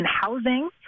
housing